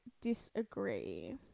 disagree